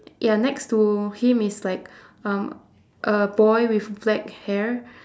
ya next to him is like um a boy with black hair